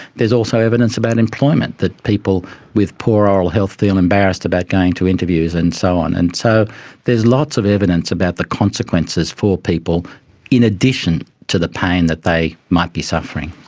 also evidence about employment, that people with poor oral health feel embarrassed about going to interviews and so on. and so there's lots of evidence about the consequences for people in addition to the pain that they might be suffering.